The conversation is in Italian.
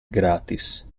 gratis